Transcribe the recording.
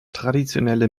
traditionelle